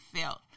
felt